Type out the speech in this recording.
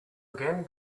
again